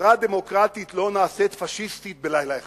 חברה דמוקרטית לא נעשית פאשיסטית בלילה אחד.